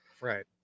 Right